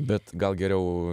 bet gal geriau